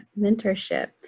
mentorship